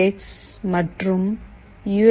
X மற்றும் you